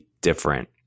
different